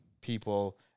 people